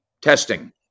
testing